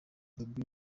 bobi